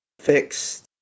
fixed